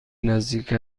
نزدیک